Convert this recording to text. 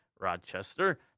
Rochester